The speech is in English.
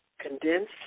condensed